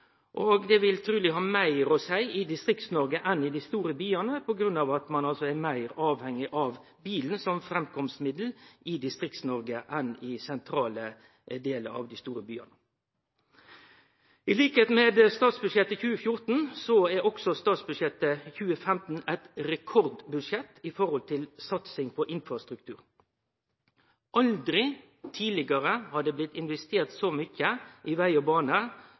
konkurranseevna. Det vil truleg ha meir å seie i Distrikts-Noreg enn i dei store byane på grunn av at ein er meir avhengig av bilen som framkomstmiddel i Distrikts-Noreg enn i sentrale delar av dei store byane. Som i statsbudsjettet for 2014 er også statsbudsjettet for 2015 eit rekordbudsjett når det gjeld satsing på infrastruktur. Aldri tidlegare har det blitt investert så mykje i veg og bane